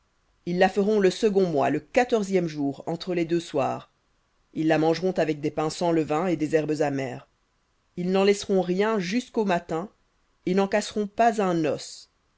ils la feront le second mois le quatorzième jour entre les deux soirs ils la mangeront avec des pains sans levain et des herbes amères ils n'en laisseront rien jusqu'au matin et n'en casseront pas un os